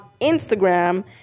Instagram